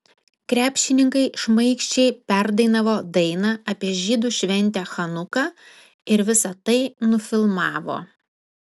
krepšininkai šmaikščiai perdainavo dainą apie žydų šventę chanuką ir visa tai nufilmavo